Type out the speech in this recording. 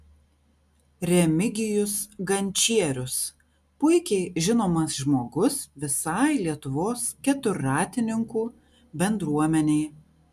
remigijus gančierius puikiai žinomas žmogus visai lietuvos keturratininkų bendruomenei